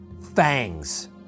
fangs